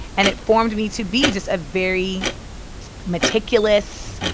and it formed me to be just a very meticulous,